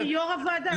אני יושבת-ראש הוועדה.